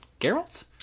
Geralt